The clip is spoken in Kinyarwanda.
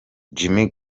jimmy